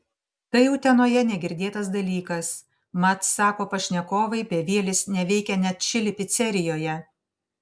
tai utenoje negirdėtas dalykas mat sako pašnekovai bevielis neveikia net čili picerijoje